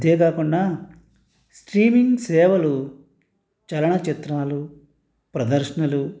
అంతే కాకుండా స్ట్రీమింగ్ సేవలు చలన చిత్రాలు ప్రదర్శనలు